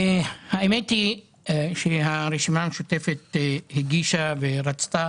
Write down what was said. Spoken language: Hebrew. האמת היא, שהרשימה המשותפת הגישה ורצתה